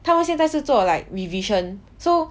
他们现在是做 like revision so